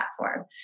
platform